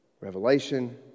Revelation